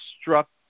struck